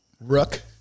Rook